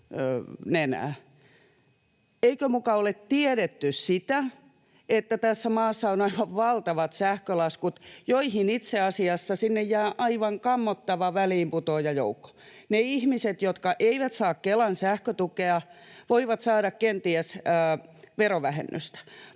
Eikö muka ole tiedetty, että tässä maassa on aivan valtavat sähkölaskut, joiden takia itse asiassa jää aivan kammottava väliinputoajajoukko. Ne ihmiset, jotka eivät saa Kelan sähkötukea, voivat saada kenties verovähennystä,